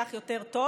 כך יותר טוב,